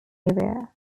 area